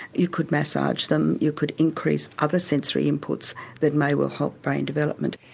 you could massage them, you could increase other sensory inputs that may well help brain development.